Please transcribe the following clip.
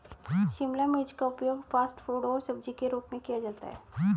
शिमला मिर्च का उपयोग फ़ास्ट फ़ूड और सब्जी के रूप में किया जाता है